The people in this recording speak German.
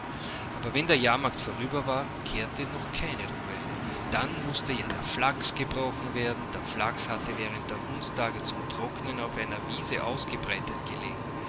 aber wenn der jahrmarkt vorüber war kehrte noch keine ruhe ein dann mußte ja der flachs gebrochen werden der flachs hatte während der hundstagezumtrocknenaufeinerwieseausgebreitetgelegen